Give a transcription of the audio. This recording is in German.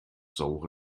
saure